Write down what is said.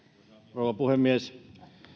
rouva puhemies